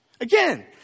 Again